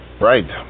Right